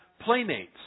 playmates